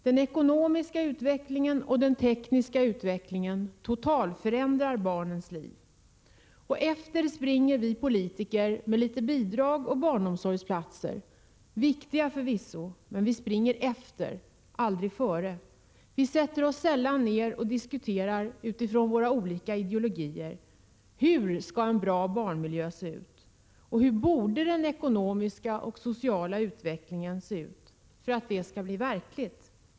Den ekonomiska utvecklingen och den tekniska utvecklingen totalförändrar barnens liv. Efter springer vi politiker med litet bidrag och litet barnomsorgsplatser — förvisso viktiga — men vi springer efter, aldrig före. Vi sätter oss sällan ner och diskuterar utifrån våra olika ideologier: Hur skall en bra barnmiljö se ut — och hur borde den ekonomiska och sociala utvecklingen se ut för att detta skall bli verkligt?